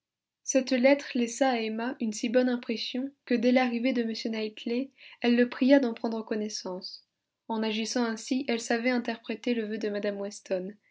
cette lettre laissa à emma une si bonne impression que dès l'arrivée de m knightley elle le pria d'en prendre connaissance en agissant ainsi elle savait interpréter le vœu de mme weston